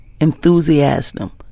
enthusiasm